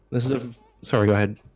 this is a sorry. go ahead